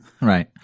Right